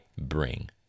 bring